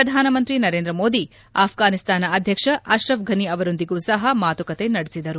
ಪ್ರಧಾನ ಮಂತ್ರಿ ನರೇಂದ್ರ ಮೋದಿ ಅಫ್ವಾನಿಸ್ತಾನದ ಅಧ್ಯಕ್ಷ ಅಕ್ರಫ್ ಫನಿ ಅವರೊಂದಿಗೂ ಸಹ ಮಾತುಕತೆ ನಡೆಸಿದರು